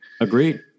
Agreed